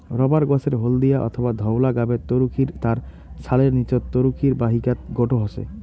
rubber গছের হলদিয়া অথবা ধওলা গাবের তরুক্ষীর তার ছালের নীচত তরুক্ষীর বাহিকাত গোটো হসে